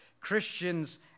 Christians